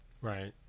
right